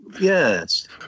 Yes